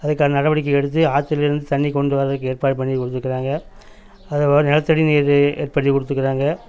அதுக்கான நடவடிக்கை எடுத்து ஆத்துலேருந்து தண்ணி கொண்டுவரதுக்கு ஏற்பாடு பண்ணி கொடுத்துருக்காங்க அதுபோல நிலத்தடி நீர் ஏற்படுத்தி கொடுத்துருக்காங்க